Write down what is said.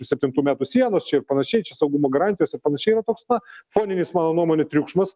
septintų metų sienos čia ir panašiai čia saugumo garantijos ir panašiai yra toks na foninis mano nuomone triukšmas